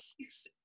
six